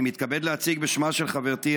אני מתכבד להציג בשמה של חברתי,